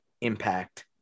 impact